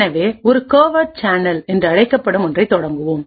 எனவே ஒரு covert channel என்று அழைக்கப்படும் ஒன்றைத் தொடங்குவோம்